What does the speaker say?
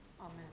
Amen